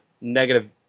negative